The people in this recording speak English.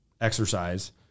exercise